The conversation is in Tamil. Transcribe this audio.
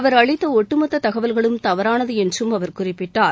அவர் அளித்த ஒட்டுமொத்த தகவல்களும் தவறானது என்றும் அவர் குறிப்பிட்டார்